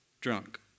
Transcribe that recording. drunk